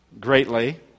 greatly